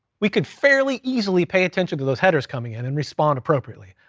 we could fairly easily pay attention to those headers coming in, and respond appropriately.